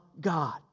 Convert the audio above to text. God